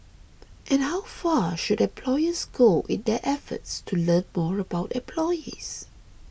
and how far should employers go in their efforts to learn more about employees